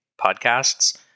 podcasts